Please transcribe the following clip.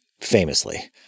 famously